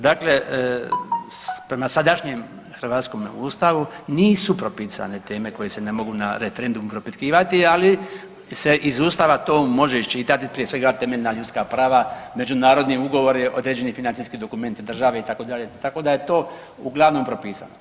Dakle, prema sadašnjem hrvatskom ustavu nisu propisane teme koje se ne mogu na referendumu propitkivati ali se iz Ustava to može iščitati prije svega temeljna ljudska prava, međunarodni ugovori, određeni financijski dokumenti države itd., tako da je to uglavnom propisano.